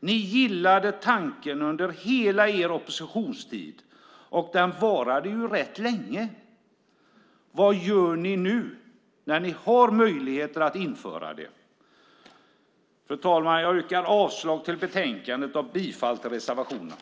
Ni gillade tanken under hela er oppositionstid, och den varade ju rätt länge. Vad gör ni nu när ni har möjligheter att införa det? Fru talman! Jag yrkar avslag på förslaget i betänkandet och bifall till reservationerna.